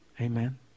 Amen